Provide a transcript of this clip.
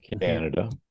Canada